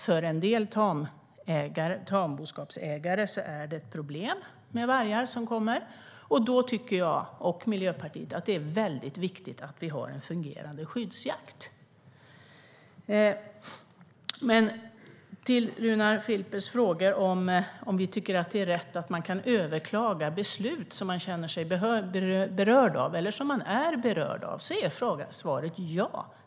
För en del tamboskapsägare är det ett problem med vargar. Då tycker jag och Miljöpartiet att det är väldigt viktigt att vi har en fungerande skyddsjakt. Runar Filper frågar om vi tycker att det är rätt att man kan överklaga beslut som man är eller känner sig berörd av. Svaret är ja.